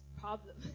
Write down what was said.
problem